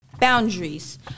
Boundaries